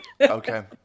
Okay